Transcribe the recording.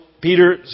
Peter